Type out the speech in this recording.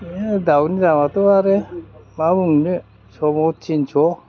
ए दाउनि दामआथ' आरो मा बुंनो समाव तिनस'